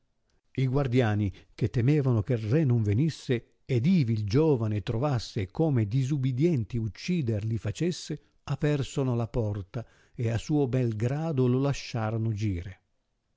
i guardiani che temevano che il re non venisse ed ivi il giovane trovasse e come disubidienti uccider li facesse apersono la porta e a suo bel grado lo lasciarono gire